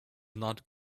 not